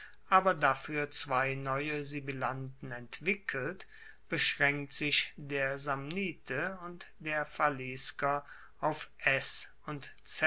aber dafuer zwei neue sibilanten entwickelt beschraenkt sich der samnite und der falisker auf s und